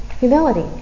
humility